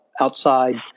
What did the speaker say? outside